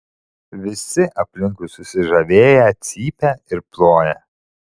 visi aplinkui susižavėję cypia ir ploja